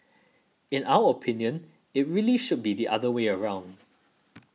in our opinion it really should be the other way round